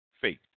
faith